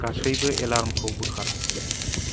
गासैबो एलार्मखौ बोखार